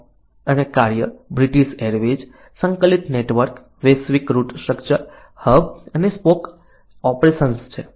form અને કાર્ય British Airways સંકલિત નેટવર્ક વૈશ્વિક રૂટ સ્ટ્રક્ચર્સ હબ અને સ્પોક ઓપરેશન્સ છે